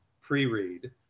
pre-read